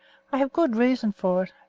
i have good reasons for it.